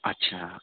اچھا